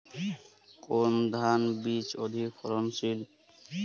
কোন ধান বীজ অধিক ফলনশীল?